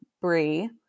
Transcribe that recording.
brie